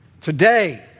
Today